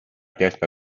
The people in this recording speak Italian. testa